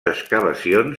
excavacions